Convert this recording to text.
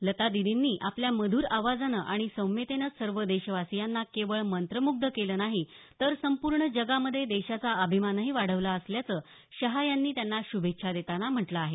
लता दीदींनी आपल्या मध्र आवाजानं आणि सौम्यतेनं सर्व देशवासीयांना केवळ मंत्रम्ग्ध केलं नाही तर संपूर्ण जगामध्ये देशाचा अभिमानही वाढविला असल्याचं शाह यांनी त्यांना शुभेच्छा देताना म्हटलं आहे